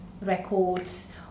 records